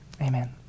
Amen